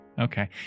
Okay